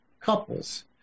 couples